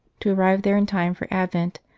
to arrive there in time for advent,